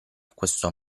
questo